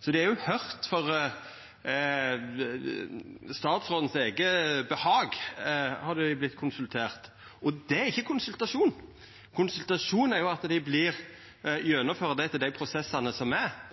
Så det er jo for statsråden sitt eige behag dei er vortne konsulterte, og det er ikkje konsultasjon. Konsultasjon er at dette vert gjennomført etter dei prosessane som er,